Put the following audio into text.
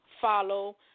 follow